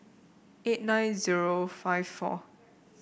eight nine zero five four